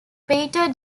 peter